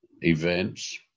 events